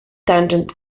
tangent